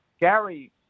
Gary